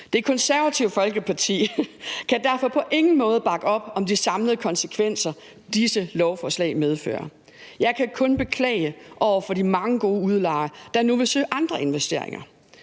Det Konservative Folkeparti kan derfor på ingen måde bakke op om de samlede konsekvenser, som disse lovforslag medfører. Jeg kan kun beklage over for de mange gode udlejere, der nu vil søge andre investeringer,